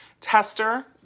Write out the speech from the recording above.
tester